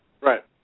Right